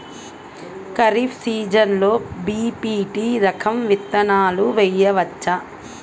ఖరీఫ్ సీజన్లో బి.పీ.టీ రకం విత్తనాలు వేయవచ్చా?